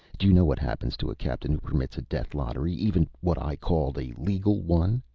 do you know what happens to a captain who permits a death lottery, even what i called a legal one?